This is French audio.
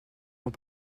font